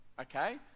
Okay